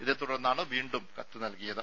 ഇതേ തുടർന്നാണ് വീണ്ടും കത്ത് നൽകിയത്